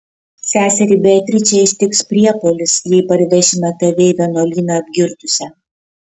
seserį beatričę ištiks priepuolis jei parvešime tave į vienuolyną apgirtusią